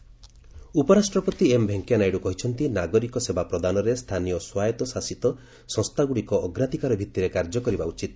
vice president ଉପରାଷ୍ଟ୍ରପତି M Venkaiah Naidu କହିଛନ୍ତି ନାଗରିକ ସେବା ପ୍ରଦାନରେ ସ୍ଥାନୀୟ ସ୍ୱାୟତ୍ତ ଶାସିତ ସଂସ୍ଥାଗୁଡ଼ିକ ଅଗ୍ରାଧିକାର ଭିତ୍ତିରେ କାର୍ଯ୍ୟ କରିବା ଉଚିତ